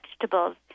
vegetables